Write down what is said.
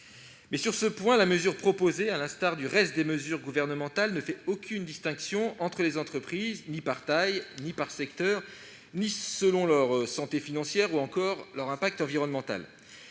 sur ce point, la mesure proposée, à l'instar des autres mesures gouvernementales, ne fait aucune distinction entre les entreprises, ni par taille, ni par secteur, ni selon leur santé financière ou encore leur impact environnemental.